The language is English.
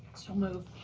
so move.